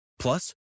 Plus